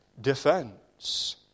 defense